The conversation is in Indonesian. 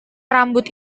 rambut